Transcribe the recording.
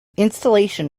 installation